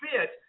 fit